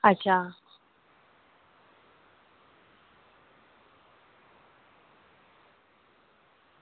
अच्छा